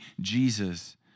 Jesus